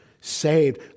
saved